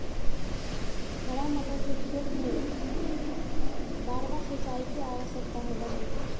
हरा मटर के खेत में बारबार सिंचाई के आवश्यकता होबा हई